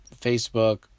Facebook